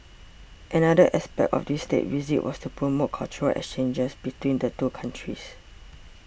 another aspect of this State Visit was to promote cultural exchanges between the two countries